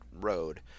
road